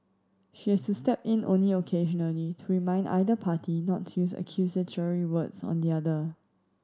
she has step in only occasionally to remind either party not to use accusatory words on the other